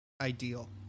ideal